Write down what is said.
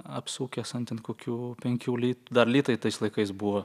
apsukęs ant ten kokių penkių lit dar litai tais laikais buvo